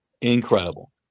incredible